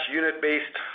unit-based